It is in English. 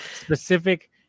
Specific